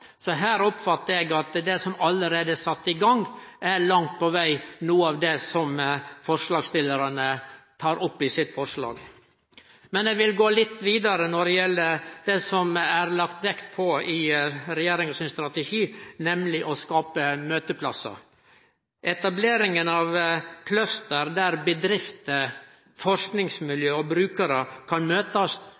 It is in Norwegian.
Her oppfattar eg at det som allereie er sett i gang, langt på veg er noko av det som forslagsstillarane tek opp i forslaget sitt. Eg vil gå litt vidare når det gjeld det som er lagt vekt på i regjeringas strategi, nemleg å skape møteplassar. Etableringar av cluster, der bedrifter, forskingsmiljø og brukarar kan møtast,